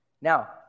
Now